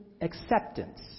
acceptance